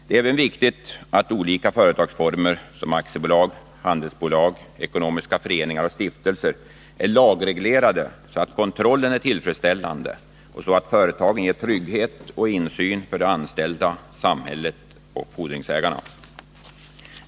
Det är även viktigt att olika företagsformer som aktiebolag, handelsbolag, ekonomiska föreningar och stiftelser är lagreglerade, så att kontrollen är tillfredsställande och så att företagen ger trygghet och insyn för de anställda, samhället och fordringsägarna.